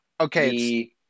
okay